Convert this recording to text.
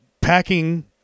packing